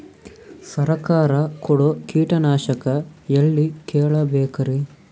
ಸರಕಾರ ಕೊಡೋ ಕೀಟನಾಶಕ ಎಳ್ಳಿ ಕೇಳ ಬೇಕರಿ?